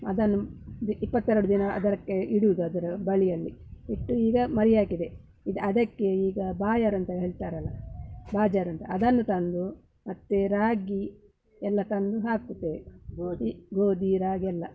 ಅದನ್ನು ದಿ ಇಪ್ಪತ್ತೆರಡು ದಿನ ಅದಕ್ಕೆ ಇಡುವುದು ಅದರ ಬಳಿಯಲ್ಲಿ ಇಟ್ಟು ಈಗ ಮರಿ ಹಾಕಿದೆ ಇ ಅದಕ್ಕೆ ಈಗ ಬಾಯರ್ ಅಂತ ಹೇಳ್ತಾರಲ್ಲ ಬಜಾರ್ ಅಂತ ಅದನ್ನು ತಂದು ಮತ್ತೆ ರಾಗಿ ಎಲ್ಲ ತಂದು ಹಾಕುತ್ತೇವೆ ಗೋಧಿ ಗೋಧಿ ರಾಗಿ ಎಲ್ಲ